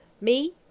Me